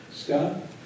Scott